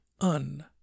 Un